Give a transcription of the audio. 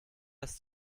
ist